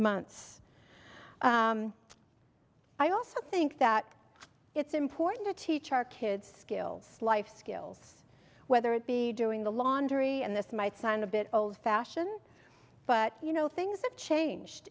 months i also think that it's important to teach our kids life skills whether it be doing the laundry and this might sound a bit old fashion but you know things have changed